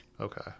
Okay